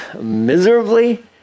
miserably